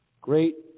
Great